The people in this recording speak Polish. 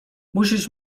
musisz